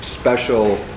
special